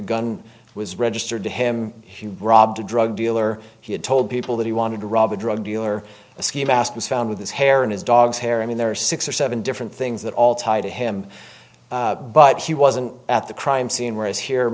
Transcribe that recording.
gun was registered to him robbed a drug dealer he had told people that he wanted to rob a drug dealer a ski mask was found with his hair in his dog's hair i mean there are six or seven different things that all tie to him but he wasn't at the crime scene whereas here